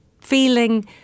feeling